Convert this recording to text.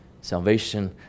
salvation